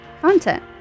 content